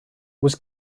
was